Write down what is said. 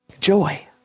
joy